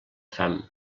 fam